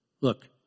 Look